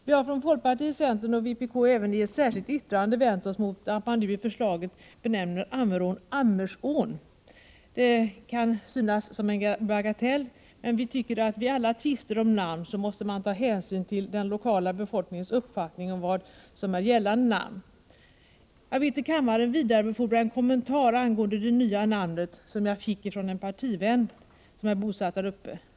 Vi har från folkpartiet, centern och vpk även i ett särskilt yttrande vänt oss mot att man nu i förslaget benämner Ammerån Ammersån. Det kan synas som en bagatell, men vi tycker att vid alla tvister om namn måste man ta stor hänsyn till den lokala befolkningens uppfattning om vad som är gällande namn. Jag vill till kammaren vidarebefordra en kommentar angående det nya namnet, som jag fick av en partivän till mig som är bosatt däruppe.